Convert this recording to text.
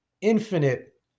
infinite